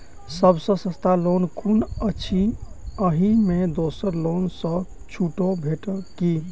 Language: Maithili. सब सँ सस्ता लोन कुन अछि अहि मे दोसर लोन सँ छुटो भेटत की?